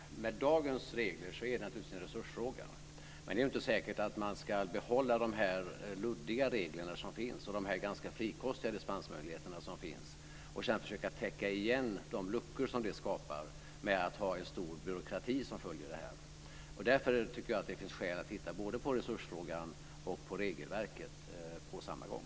Fru talman! Med dagens regler är det naturligtvis en resursfråga. Men det är inte säkert att man ska behålla de luddiga regler och de ganska frikostiga dispensmöjligheter som finns och sedan försöka täcka igen de luckor som skapas med en stor byråkrati som följer detta. Därför tycker jag att det finns skäl att titta både på resursfrågan och på regelverket på samma gång.